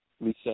Lisa